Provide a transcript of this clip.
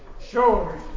Sure